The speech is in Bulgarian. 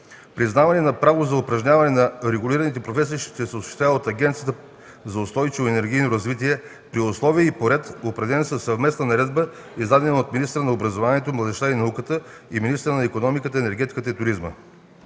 Признаване на правото за упражняване на регулираните професии ще се осъществява от Агенцията за устойчиво енергийно развитие при условия и по ред, определени със съвместна наредба, издадена от министъра на образованието, младежта и науката и министъра на икономиката, енергетиката и туризма.